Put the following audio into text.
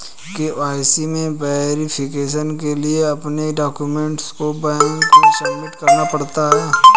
KYC में verification के लिए अपने डाक्यूमेंट को बैंक में सबमिट करना पड़ता है